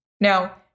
Now